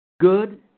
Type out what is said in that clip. Good